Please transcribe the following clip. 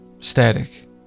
static